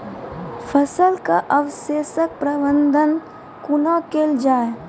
फसलक अवशेषक प्रबंधन कूना केल जाये?